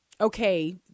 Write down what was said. Okay